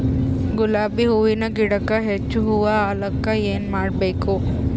ಗುಲಾಬಿ ಹೂವಿನ ಗಿಡಕ್ಕ ಹೆಚ್ಚ ಹೂವಾ ಆಲಕ ಏನ ಮಾಡಬೇಕು?